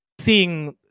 seeing